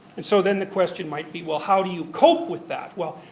and so then the question might be, well how do you cope with that? well,